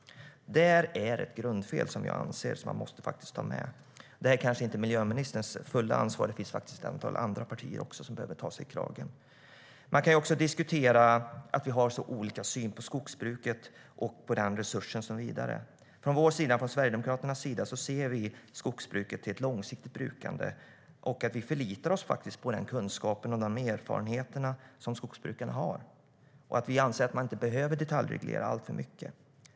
Det är ett grundfel som måste tas med. Det här är kanske inte miljöministerns fulla ansvar, utan det finns faktiskt ett antal andra partier som behöver ta sig i kragen. Vi kan också diskutera att vi har så olika syn på skogsbruket och skogen som resurs. Vi sverigedemokrater anser att skogsbruket ska utgöra ett långsiktigt brukande. Vi förlitar oss på de kunskaper och erfarenheter som skogsbrukarna har. Vi anser att man inte behöver detaljreglera alltför mycket.